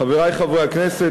חברי חברי הכנסת,